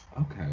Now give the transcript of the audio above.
Okay